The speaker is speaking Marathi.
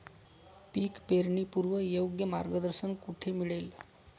पीक पेरणीपूर्व योग्य मार्गदर्शन कुठे मिळेल?